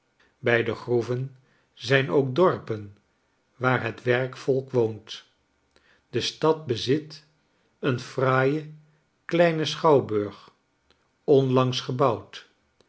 bij de groeven zijn ook dorpen waar het werkvolk woont destad bezit een fraaien kleinen schouwburg onlangs gebouwd